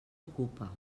ocupa